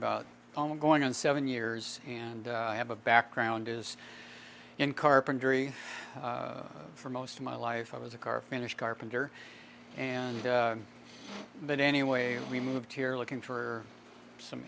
about going on seven years and i have a background is in carpentry for most of my life i was a car finished carpenter and then anyway we moved here looking for some